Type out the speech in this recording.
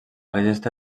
registre